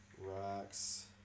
rocks